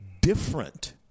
different